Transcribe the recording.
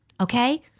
Okay